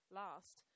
last